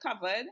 covered